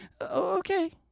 Okay